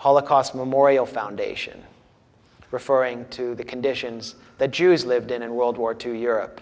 holocaust memorial foundation referring to the conditions that jews lived in and world war two europe